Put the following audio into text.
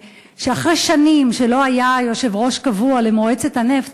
הוא שאחרי שנים שלא היה יושב-ראש קבוע למועצת הנפט,